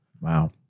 Wow